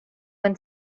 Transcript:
and